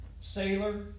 sailor